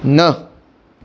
न